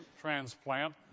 transplant